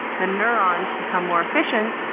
the neurons become more efficient.